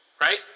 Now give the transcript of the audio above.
Right